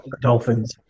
Dolphins